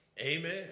Amen